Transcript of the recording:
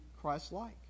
Christ-like